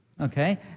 Okay